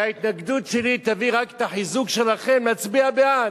הרי ההתנגדות שלי תביא רק את החיזוק שלכם להצביע בעד,